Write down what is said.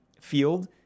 field